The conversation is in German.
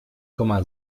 komma